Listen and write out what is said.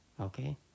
Okay